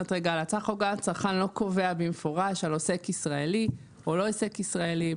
חוק הגנת הצרכן לא קובע במפורש על עוסק ישראלי או לא עוסק ישראלי.